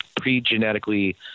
pre-genetically